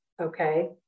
okay